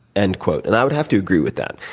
end quote and i would have to agree with that.